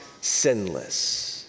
sinless